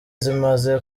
zimaze